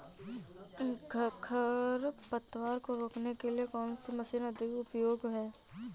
खरपतवार को रोकने के लिए कौन सी मशीन अधिक उपयोगी है?